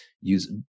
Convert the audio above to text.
use